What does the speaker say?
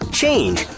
change